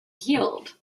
healed